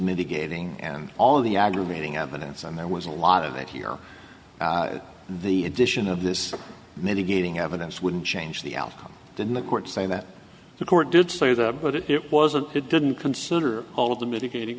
mitigating and all of the aggravating evidence and there was a lot of that here the addition of this mitigating evidence wouldn't change the outcome in the court saying that the court did say that but it wasn't it didn't consider all of the mitigating